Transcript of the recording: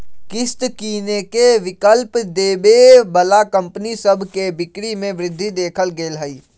किस्त किनेके विकल्प देबऐ बला कंपनि सभ के बिक्री में वृद्धि देखल गेल हइ